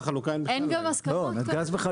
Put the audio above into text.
אין גם הסכמות כרגע.